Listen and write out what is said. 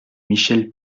michel